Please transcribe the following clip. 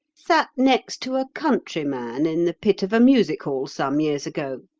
sat next to a country-man in the pit of a music hall some years ago.